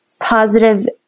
positive